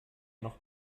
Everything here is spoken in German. noch